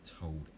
told